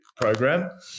program